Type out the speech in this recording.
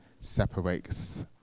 separates